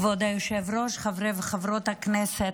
כבוד היושב-ראש, חברי וחברות הכנסת,